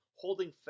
holding